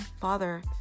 Father